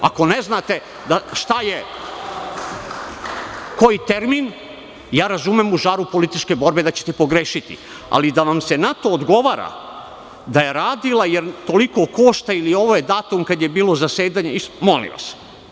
Ako ne znate šta je koji termin, razumem da ćete u žaru političke borbe pogrešiti, ali da vam se na to odgovara da je radila jer toliko košta ili ovo je datum kada je bilo zasedanje, molim vas.